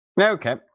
Okay